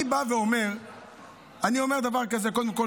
אני אומר דבר כזה: קודם כול,